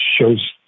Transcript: shows